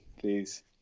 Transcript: Please